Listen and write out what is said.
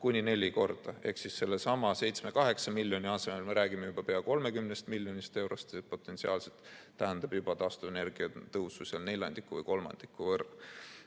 kuni neli korda. Ehk sellesama 7–8 miljoni asemel me räägime juba pea 30 miljonist eurost, mis potentsiaalselt tähendab taastuvenergia tasu kasvu juba neljandiku või kolmandiku võrra.